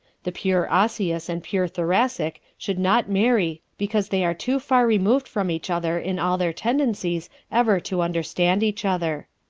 the pure osseous and pure thoracic should not marry because they are too far removed from each other in all their tendencies ever to understand each other.